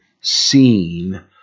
seen